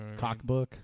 Cockbook